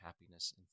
happiness